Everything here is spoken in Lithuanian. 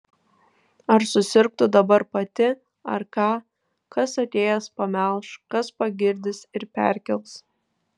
ar susirgtų dabar pati ar ką kas atėjęs pamelš kas pagirdys ir perkels